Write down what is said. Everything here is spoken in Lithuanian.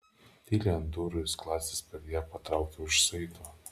tyliai ant durų ir skląstį per ją patraukė už saito